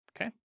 Okay